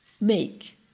make